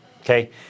Okay